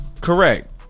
Correct